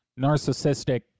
narcissistic